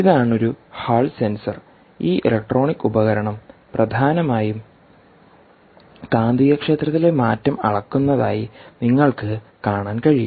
ഇതാണ് ഒരു hall sensor ഈ ഇലക്ട്രോണിക് ഉപകരണം പ്രധാനമായും കാന്തികക്ഷേത്രത്തിലെ മാറ്റം അളക്കുന്നതായി നിങ്ങൾക്ക് കാണാൻ കഴിയും